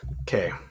okay